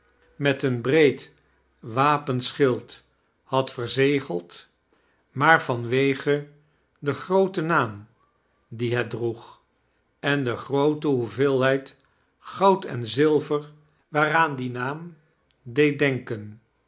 met een breed wapenschild had verzegeld maar vanwege den grooten naam dien het droeg en de groote hoeveelheid goud en zilver waaraan die naam deed denken